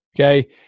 Okay